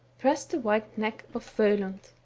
pressed the white neck of vcelund.